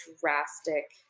drastic